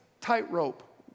tightrope